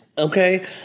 Okay